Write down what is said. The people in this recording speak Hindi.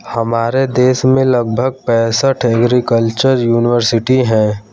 हमारे देश में लगभग पैंसठ एग्रीकल्चर युनिवर्सिटी है